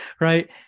Right